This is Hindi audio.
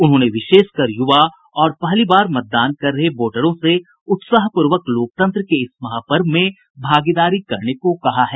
उन्होंने विशेष कर युवा और पहली बार मतदान कर रहे वोटरों से उत्साहपूर्वक लोकतंत्र के इस महापर्व में भागीदारी करने को कहा है